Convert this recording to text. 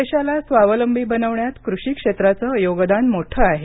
देशाला स्वावलंबी बनवण्यात कृषी क्षेत्राचं योगदान मोठं आहे